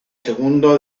segundo